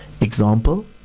Example